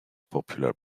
popular